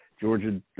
Georgia